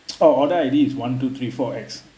orh order I_D is one two three four X